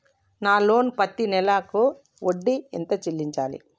నా లోను పత్తి నెల కు ఎంత వడ్డీ చెల్లించాలి?